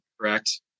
correct